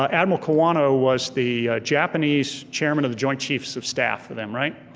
ah admiral kawano was the japanese chairman of the joint chiefs of staff for them, right?